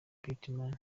birdman